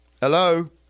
Hello